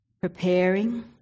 preparing